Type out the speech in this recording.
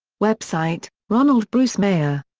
website ronald bruce meyer.